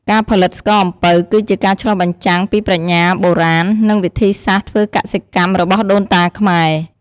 ការផលិតស្ករអំពៅ គឺជាការឆ្លុះបញ្ចាំងពីប្រាជ្ញាបុរាណ និងវិធីសាស្ត្រធ្វើកសិកម្មរបស់ដូនតាខ្មែរ។